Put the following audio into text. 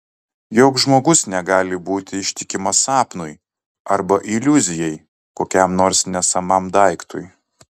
joks žmogus negali būti ištikimas sapnui arba iliuzijai kokiam nors nesamam daiktui